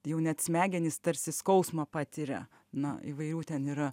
jau net smegenys tarsi skausmą patiria na įvairių ten yra